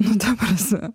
nu ta prasme